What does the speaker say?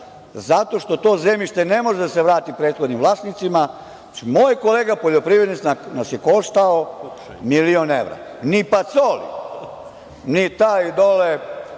zato što to zemljište ne može da se vrati prethodnim vlasnicima. Znači, moj kolega poljoprivrednik nas je koštao milion evra. Ni Pacoli, ni taj dole